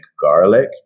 garlic